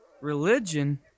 Religion